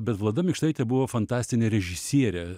bet vlada mikštaitė buvo fantastinė režisierė